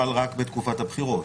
חל רק בתקופת הבחירות.